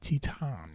Titan